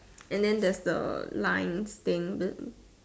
and then there's a lines thing